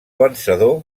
vencedor